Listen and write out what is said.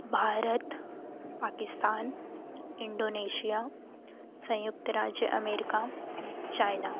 Bharat Pakistan Indonesia संयुक्त राज्य America China